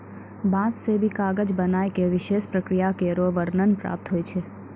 बांस सें भी कागज बनाय क विशेष प्रक्रिया केरो वर्णन प्राप्त होय छै